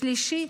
שלישי,